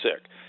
sick